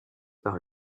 par